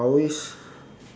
I always